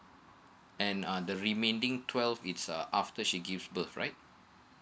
and uh the remaining twelve it's a after she give birth right